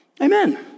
amen